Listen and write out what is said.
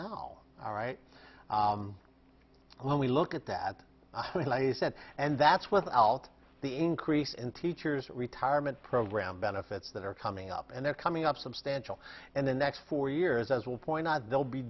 now all right when we look at that is that and that's without the increase in teachers retirement program benefits that are coming up and they're coming up substantial and the next four years as will point out they'll be